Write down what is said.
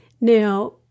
Now